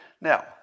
Now